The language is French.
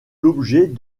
l’objet